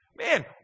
Man